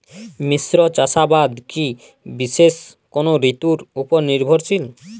মিশ্র চাষাবাদ কি বিশেষ কোনো ঋতুর ওপর নির্ভরশীল?